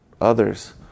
others